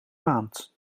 maand